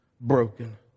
broken